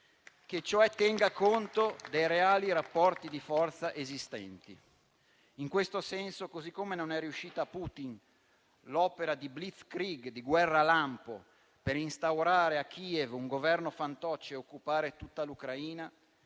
che cioè tenga conto dei reali rapporti di forza esistenti. In questo senso, così come non è riuscita a Putin l'opera di *blitzkrieg*, di guerra lampo, per instaurare a Kiev un Governo fantoccio e occupare tutta l'Ucraina,